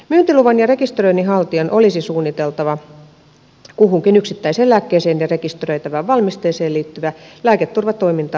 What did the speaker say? myyntiluvan ja rekisteröinnin haltijan olisi suunniteltava kuhunkin yksittäiseen lääkkeeseen ja rekisteröitävään valmisteeseen liittyvä lääketurvatoiminta riskienhallintajärjestelmää soveltaen